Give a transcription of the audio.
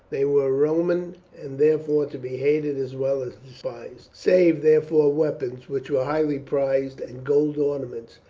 they were roman, and therefore to be hated as well as despised. save, therefore, weapons, which were highly prized, and gold ornaments,